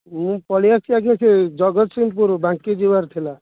ମୁଁ ପଳାଇ ଆସିଛି ଆଜି ଜଗତସିଂହପୁର ବାଙ୍କୀ ଯିବାର ଥିଲା